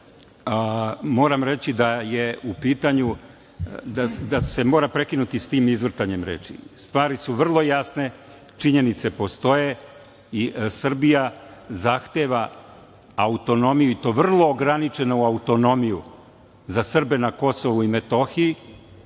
moram reći da se mora prekinuti sa tim izvrtanjem reči. Stvari su vrlo jasne, činjenice postoje i Srbija zahteva autonomiju, i to vrlo ograničenu autonomiju za Srbe na Kosovu i Metohiji,